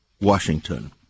Washington